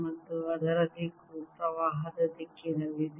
ಮತ್ತು ಅದರ ದಿಕ್ಕು ಪ್ರವಾಹದ ದಿಕ್ಕಿನಲ್ಲಿದೆ